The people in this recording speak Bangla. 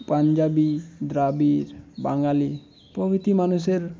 পাঞ্জাবি দ্রাবিড় বাঙালি প্রভৃতি মানুষের